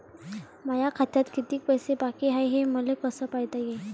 माया खात्यात किती पैसे बाकी हाय, हे मले कस पायता येईन?